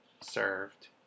served